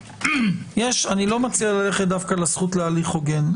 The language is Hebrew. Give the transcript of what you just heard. אני לא מציע ללכת דווקא לזכות להליך הוגן.